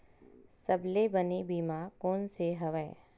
सबले बने बीमा कोन से हवय?